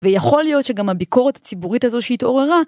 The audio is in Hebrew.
ויכול להיות שגם הביקורת הציבורית הזו שהתעוררה